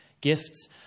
Gifts